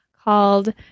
called